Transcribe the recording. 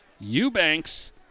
Eubanks